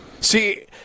See